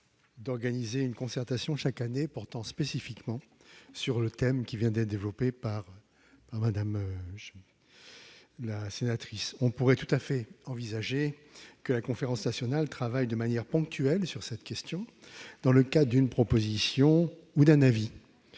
d'organiser une concertation chaque année portant spécifiquement sur le thème évoqué par Mme Gréaume. On pourrait tout à fait envisager que la Conférence nationale de santé travaille de manière ponctuelle sur cette question dans le cadre d'une proposition ou d'un avis.